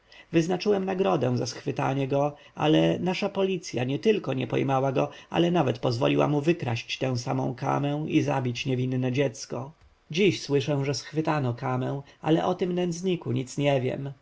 wyznaczyłem nagrodę za schwytanie go ale nasza policja nietylko nie pojmała go lecz nawet pozwoliła mu wykraść tę samą kamę i zabić niewinne dziecko dziś słyszę że schwytano kamę ale o tym nędzniku nic nie wiem